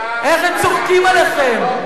איך הם צוחקים עליכם,